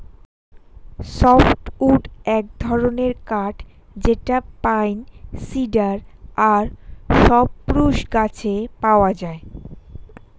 soft wood এক ধরনের কাঠ যেটা পাইন, সিডার আর সপ্রুস গাছে পাওয়া যায়